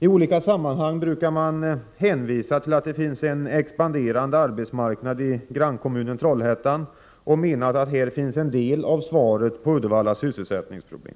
I olika sammanhang brukar man hänvisa till att det finns en expanderande arbetsmarknad i grannkommunen Trollhättan och menar att där finns en del av lösningen på Uddevallas sysselsättningsproblem.